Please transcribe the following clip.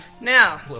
Now